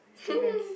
it's the best